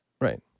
Right